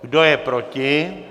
Kdo je proti?